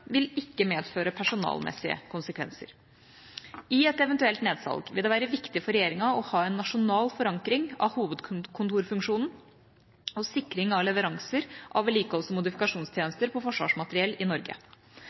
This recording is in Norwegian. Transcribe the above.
vil ikke ha personalmessige konsekvenser. I et eventuelt nedsalg vil det være viktig for regjeringa å ha en nasjonal forankring av hovedkontorfunksjonen og sikring av leveranser av vedlikeholds- og modifikasjonstjenester på forsvarsmateriell i Norge.